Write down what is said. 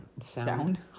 Sound